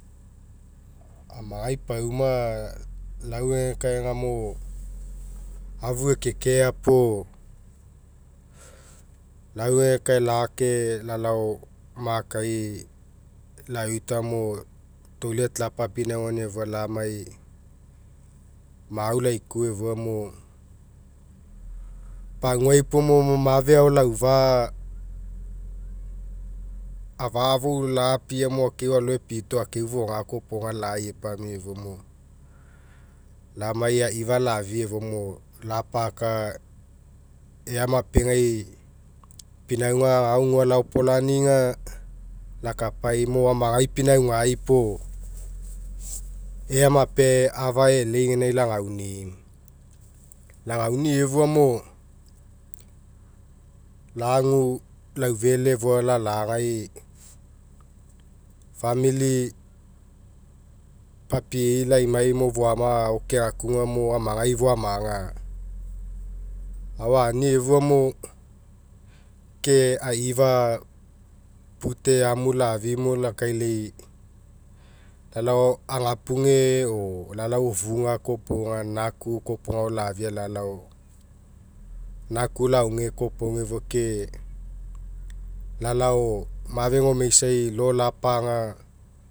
Amagai pauma lauegekae agamo afu ekekea puamo lauegekae lake lalao makai laoita mo toilet lapapinaugainamo lamai mau laikua efua mo paguai puomo mafe ao laufa afa'a fou lapia mo akeu alo epito ageu foga kopoga lai epamia efua mo lamai aifa lafia efua mo lapaka ea mapegai pinauga agao gua laopo lagi'i aga lakai mo amagai pinaugai puo ea mape afa e'elei gainai lagauni'i, lagauni'i efua mo lagu laufele efua lalagai famili papiei laimai mo foama ao kega kuga mo amagai poamaga ao ania efuamo ke aifa pute amu lafii lakai lai lalao agapuge o lalao efuga kopoga naku kopoga lafia lalao naku laoge kopoga efua ke lalao mafe gomeisai io lapaga